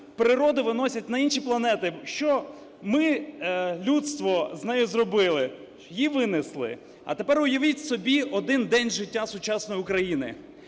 природу виносять на інші планети. Що ми, людство, з нею зробили? Її винесли. А тепер уявіть собі один день життя сучасної України: